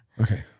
okay